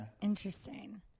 Interesting